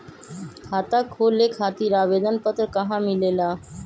खाता खोले खातीर आवेदन पत्र कहा मिलेला?